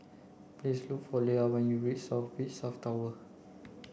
please look for Lia when you reach South Beach South Tower